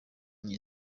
muri